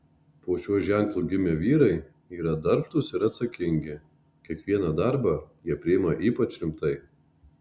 po šiuo ženklu gimę vyrai yra darbštūs ir atsakingi kiekvieną darbą jie priima ypač rimtai